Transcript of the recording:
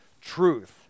truth